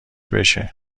بشه